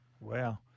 Wow